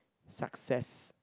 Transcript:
success